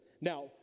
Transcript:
Now